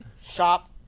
shop